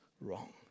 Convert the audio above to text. wrong